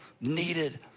needed